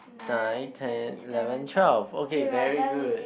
nine ten eleven twelve okay very good